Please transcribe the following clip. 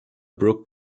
brok